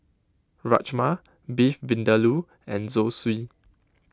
Rajma Beef Vindaloo and Zosui